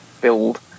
build